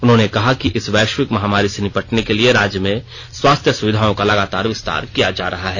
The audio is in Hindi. उन्होंने कहा कि इस वैश्विक महामारी से निपटने के लिए राज्य में स्वास्थ्य सुविधाओं का लगातार विस्तार किया जा रहा है